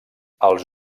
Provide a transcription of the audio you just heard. els